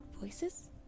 voices